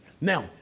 Now